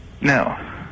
no